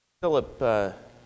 Philip